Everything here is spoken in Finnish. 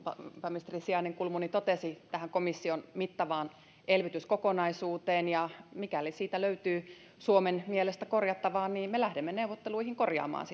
pääministerin sijainen kulmuni totesi tähän komission mittavaan elvytyskokonaisuuteen ja mikäli siitä löytyy suomen mielestä korjattavaa niin me lähdemme neuvotteluihin korjaamaan